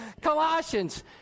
Colossians